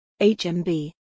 HMB